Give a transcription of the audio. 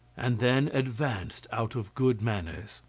and then advanced out of good manners.